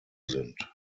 sind